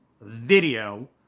video